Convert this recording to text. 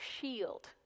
shield